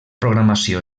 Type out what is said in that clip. programació